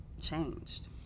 changed